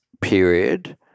period